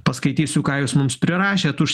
paskaitysiu ką jūs mums prirašėt už